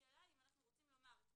השאלה היא האם אנחנו רוצים לומר את